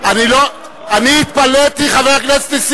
אתה לא צריך לעזור לראש הממשלה.